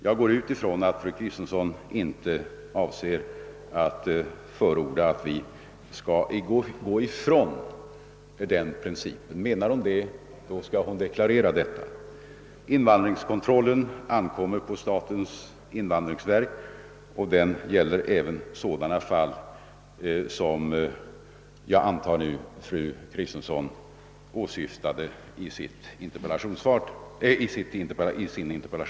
Jag går ut ifrån att fru Kristensson inte avser att förorda att vi skall gå ifrån den principen. Menar fru Kristensson det, då skall hon deklarera detta. Invandringskontrollen ankommer på statens invandrarverk, och den gäller även sådana fall som jag antar att fru Kristensson här åsyftat.